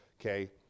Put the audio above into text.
Okay